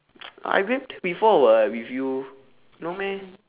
I went there before [what] with you no meh